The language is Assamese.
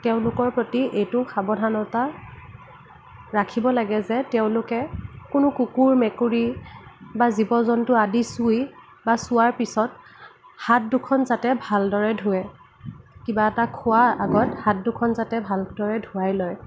তেওঁলোকৰ প্ৰতি এইটো সাৱধানতা ৰাখিব লাগে যে তেওঁলোকে কোনো কুকুৰ মেকুৰী বা জীৱ জন্তু আদি চুই বা চুৱাৰ পিছত হাত দুখন যাতে ভালদৰে ধোৱে কিবা এটা খোৱাৰ আগত হাত দুখন যাতে ভালদৰে ধোৱাই লয়